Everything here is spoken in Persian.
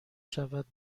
شود